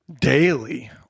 Daily